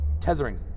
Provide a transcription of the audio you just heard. tethering